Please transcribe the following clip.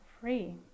free